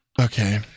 Okay